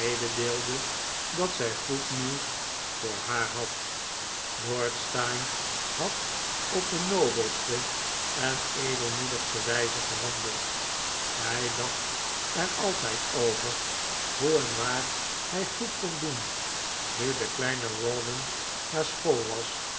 mededeelde dat zij goed nieuws voor haar had lord steyne had op de nobelste en edelmoedigste wijze gehandeld hij dacht er altijd over hoe en waar hij goed icon doen nu de kleine rawdon naar school was